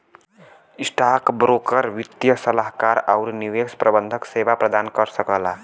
stockbroker वित्तीय सलाहकार आउर निवेश प्रबंधन सेवा प्रदान कर सकला